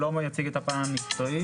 שלמה יציג את הפן המקצועי,